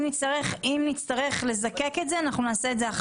אם יהיו בעיות נזקק את זה ונפתור את זה,